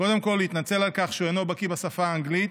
קודם כול הוא התנצל על כך שהוא אינו בקי בשפה האנגלית,